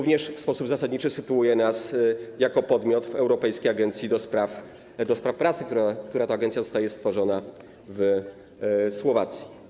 W sposób zasadniczy sytuuje nas jako podmiot w europejskiej agencji do spraw pracy, która to agencja została stworzona w Słowacji.